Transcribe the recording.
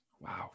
Wow